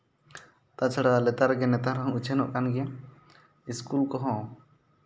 ᱛᱟᱪᱷᱟᱲᱟ ᱞᱮᱛᱟᱲᱜᱮ ᱱᱮᱛᱟᱨ ᱦᱚᱸ ᱩᱪᱷᱟᱹᱱᱚᱜ ᱠᱟᱱ ᱜᱮᱭᱟ ᱤᱥᱠᱩᱞ ᱠᱚᱦᱚᱸ